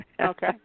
Okay